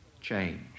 change